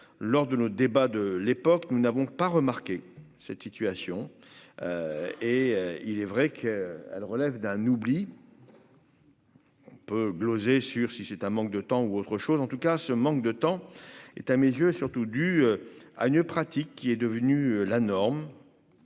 lors de nos débats de l'époque, nous n'avons pas remarqué cette situation et il est vrai qu'à relève d'un oubli. On peut gloser sur si c'est un manque de temps ou autre chose en tout cas ce manque de temps est à mes yeux, surtout due à une pratique qui est devenue la norme,